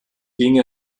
ging